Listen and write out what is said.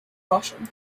russian